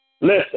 Listen